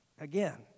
again